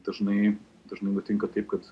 dažnai dažnai nutinka taip kad